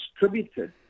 distributed